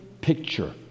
picture